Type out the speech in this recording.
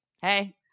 hey